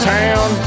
town